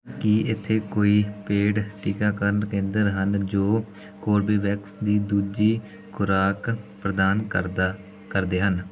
ਕੀ ਇੱਥੇ ਕੋਈ ਪੇਡ ਟੀਕਾਕਰਨ ਕੇਂਦਰ ਹਨ ਜੋ ਕੋਰਬੇਵੈਕਸ ਦੀ ਦੂਜੀ ਖੁਰਾਕ ਪ੍ਰਦਾਨ ਕਰਦਾ ਕਰਦੇ ਹਨ